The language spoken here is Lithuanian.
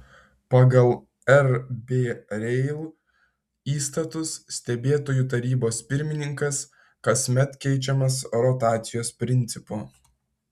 pagal rb rail įstatus stebėtojų tarybos pirmininkas kasmet keičiamas rotacijos principu